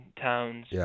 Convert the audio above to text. towns